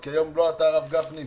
כי היום הרב גפני,